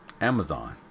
amazon